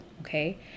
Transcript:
Okay